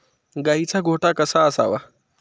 गाईचा गोठा कसा असावा?